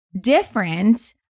different